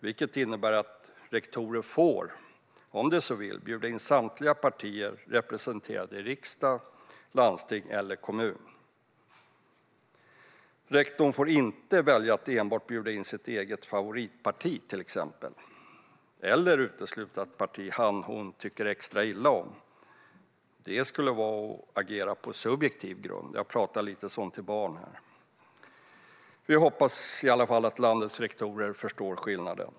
Det innebär att rektorer om de så vill får bjuda in samtliga partier representerade i riksdag, landsting eller kommun. Rektorn får inte välja att till exempel enbart bjuda in sitt eget favoritparti eller utesluta ett parti han eller hon tycker extra illa om. Det skulle vara att agera på subjektiv grund. Jag talar lite som till barn här. Vi hoppas att landets rektorer förstår skillnaden.